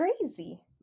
crazy